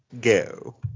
go